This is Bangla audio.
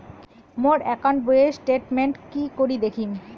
মোর একাউন্ট বইয়ের স্টেটমেন্ট কি করি দেখিম?